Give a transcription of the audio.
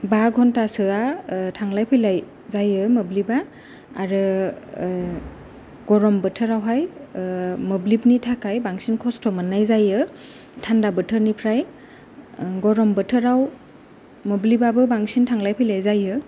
बा घन्टासोया थांलाय फैलाय जायो मोब्लिबा आरो गरम बोथोराव हाय मोब्लिबनि थाखाय बांसिन खस्थ मोननाय जायो थानदा बोथोर निफ्राय गरम बोथोराव मोब्लिबाबो बांसिन थांलाय फैलाय जायो